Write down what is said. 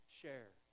share